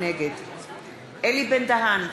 נגד אלי בן-דהן,